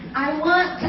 i want